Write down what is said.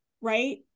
right